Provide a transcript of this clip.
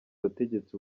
wategetse